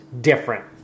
different